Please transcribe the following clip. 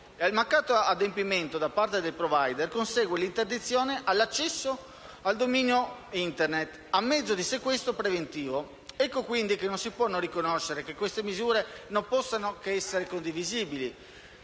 Al mancato adempimento da parte del *provider* consegue l'interdizione all'accesso al dominio Internet a mezzo di sequestro preventivo. Ecco quindi che non si può non riconoscere che queste misure non possano essere che condivisibili.